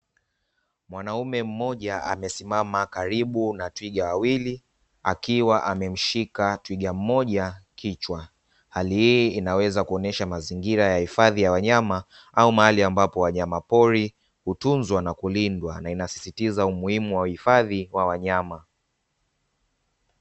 Mwanaume mmoja amesimama karibu na twiga wawili akiwa amemshika twiga mmoja kichwa, hali hii inaweza kuonyesha mazingira ya uifadhi wa wanyama au mahali ambapo wanyama pori hutunzwa na kulindwa na inasisitiza umuhimu wa wa uhifadhi wa wanyama.